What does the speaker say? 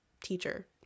teacher